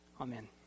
Amen